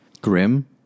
grim